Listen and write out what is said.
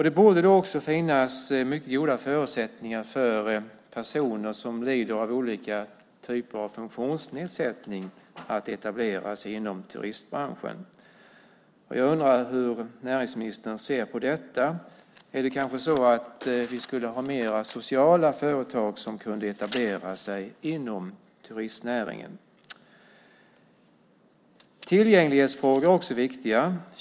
Det borde också finnas mycket goda förutsättningar för personer som lider av olika typer av funktionsnedsättning att etablera sig inom turistbranschen. Jag undrar hur näringsministern ser på det. Skulle vi kanske ha fler sociala företag som kunde etablera sig inom turistnäringen? Tillgänglighetsfrågor är också viktiga.